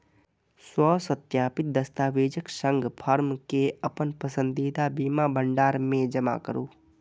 स्वसत्यापित दस्तावेजक संग फॉर्म कें अपन पसंदीदा बीमा भंडार मे जमा करू